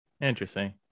interesting